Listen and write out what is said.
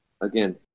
Again